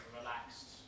relaxed